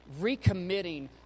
recommitting